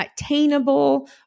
attainable